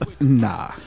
nah